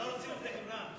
אנחנו לא רוצים עובדי קבלן,